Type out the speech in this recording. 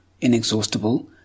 inexhaustible